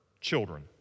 children